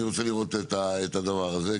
אני רוצה לראות את הדבר הזה,